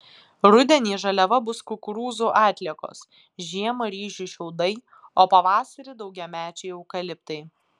rudenį žaliava bus kukurūzų atliekos žiemą ryžių šiaudai o pavasarį daugiamečiai eukaliptai